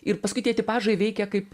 ir paskui tie tipažai veikia kaip